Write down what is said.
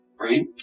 right